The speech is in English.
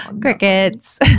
Crickets